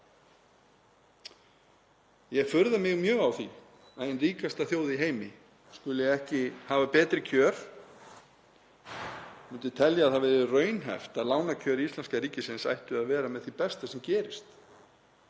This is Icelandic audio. og furða mig mjög á því að ein ríkasta þjóð í heimi skuli ekki hafa betri kjör. Ég myndi telja að það væri raunhæft að lánakjör íslenska ríkisins ættu að vera með því besta sem gerist.